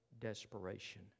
desperation